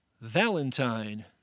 Valentine